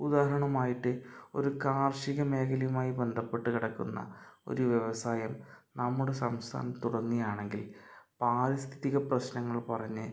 ഉദാഹരണമായിട്ട് ഒരു കാർഷിക മേഖലയുമായി ബന്ധപ്പെട്ട് കിടക്കുന്ന ഒരു വ്യവസായം നമ്മുടെ സംസ്ഥാനത്ത് തുടങ്ങുകയാണെങ്കിൽ പാരിസ്ഥിതിക പ്രശ്നങ്ങൾ പറഞ്ഞ്